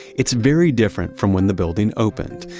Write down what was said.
it's very different from when the building opened.